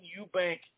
Eubank